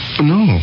No